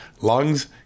lungs